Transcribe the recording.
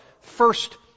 first